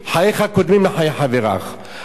על אחת כמה כשבאות לפה קבוצות,